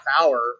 hour